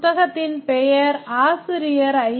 புத்தகத்தின் பெயர் ஆசிரியர் ஐ